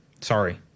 Sorry